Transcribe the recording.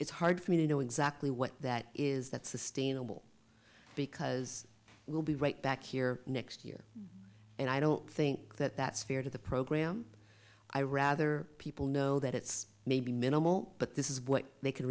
it's hard for me to know exactly what that is that sustainable because we'll be right back here next year and i don't think that that's fair to the program i rather people know that it's maybe minimal but this is what they can